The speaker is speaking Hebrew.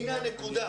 הינה הנקודה.